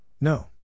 No